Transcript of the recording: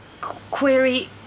Query